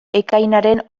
ekainaren